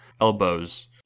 elbows